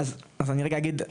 אז אני רגע אגיד,